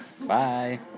Bye